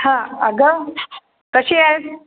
हां अगं कशी आहेस